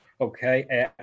Okay